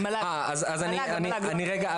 סליחה.